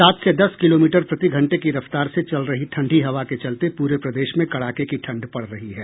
सात से दस किलोमीटर प्रतिघंटे की रफ्तार से चल रही ठंडी हवा के चलते पूरे प्रदेश में कड़ाके की ठंड पड़ रही है